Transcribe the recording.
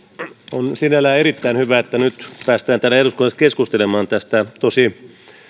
on sinällään erittäin hyvä että nyt päästään täällä eduskunnassa keskustelemaan tästä tosi